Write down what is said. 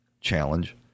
challenge